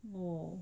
oh